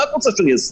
מה את רוצה שאני אעשה?